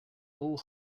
all